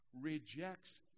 Rejects